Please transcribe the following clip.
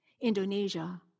Indonesia